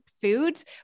foods